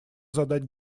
задать